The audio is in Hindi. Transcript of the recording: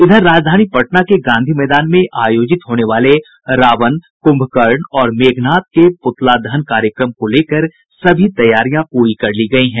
इधर राजधानी पटना के गांधी मैदान में आयोजित होने वाले रावण कुंभकर्ण और मेघनाथ के पुतला दहन कार्यक्रम को लेकर सभी तैयारियां पूरी कर ली गयी हैं